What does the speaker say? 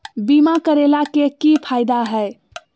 बीमा करैला के की फायदा है?